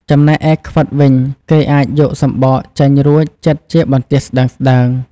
ចំំណែកឯខ្វិតវិញគេអាចយកសំបកចេញរួចចិតជាបន្ទះស្តើងៗ។